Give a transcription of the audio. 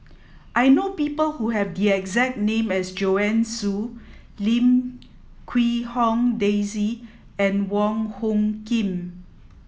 I know people who have the exact name as Joanne Soo Lim Quee Hong Daisy and Wong Hung Khim